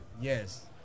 Yes